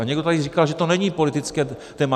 A někdo tady říkal, že to není politické téma.